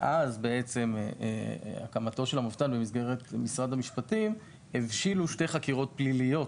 מאז הקמתו של המבת"ן במסגרת משרד המשפטים הבשילו שתי חקירות פליליות.